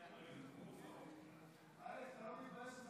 והפטורים ומס קנייה על טובין (תיקון מס' 11),